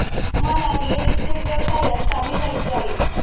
मला real estate व्यवसायात सामील व्हायचे आहे